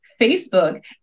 Facebook